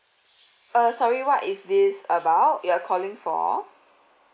uh sorry what is this about you are calling for